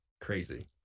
crazy